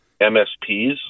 MSPs